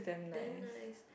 damn nice